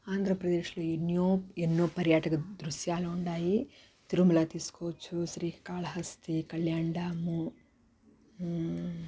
ఆంధ్రప్రదేశ్లో ఎన్యో ఎన్నో పర్యాటక దృశ్యాలున్నాయి తిరుమల తీసుకోచ్చు శ్రీకాళహస్తీ కల్యాణ్ డ్యాము